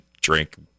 drink